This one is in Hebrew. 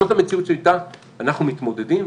וזאת המציאות שאיתה אנחנו מתמודדים.